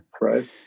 right